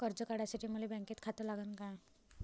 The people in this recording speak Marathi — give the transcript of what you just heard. कर्ज काढासाठी मले बँकेत खातं लागन का?